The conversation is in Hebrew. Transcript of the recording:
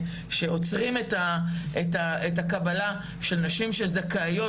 שעוצרים את הקבלה של נשים שזכאיות,